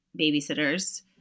babysitters